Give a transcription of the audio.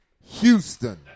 Houston